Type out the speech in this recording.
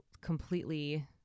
Completely